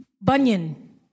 Bunyan